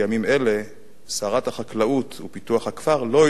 שרת החקלאות ופיתוח הכפר לא הצליחה להגיע למליאה